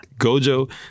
Gojo